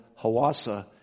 Hawassa